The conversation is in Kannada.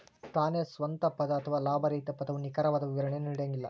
ತಾನೇ ಸ್ವಂತ ಪದ ಅಥವಾ ಲಾಭರಹಿತ ಪದವು ನಿಖರವಾದ ವಿವರಣೆಯನ್ನು ನೀಡಂಗಿಲ್ಲ